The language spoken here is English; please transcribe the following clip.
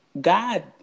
God